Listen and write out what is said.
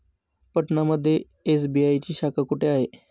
पटना मध्ये एस.बी.आय ची शाखा कुठे आहे?